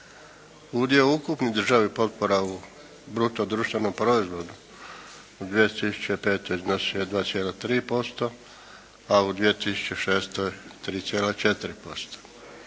Udio ukupnih državnih potpora u bruto društvenom proizvodu 2005. iznosio je 2,3%, a u 2006. 3,4%.